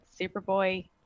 Superboy